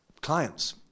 clients